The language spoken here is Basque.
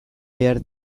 behar